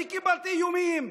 אני קיבלתי איומים.